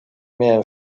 miałem